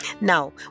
Now